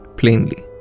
Plainly